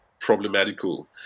problematical